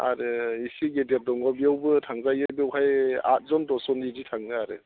आरो इसे गिदिर दङ बेयावबो थांजायो बेवहाय आथजन दसजन बिदि थाङो आरो